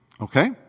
okay